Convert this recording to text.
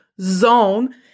zone